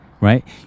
right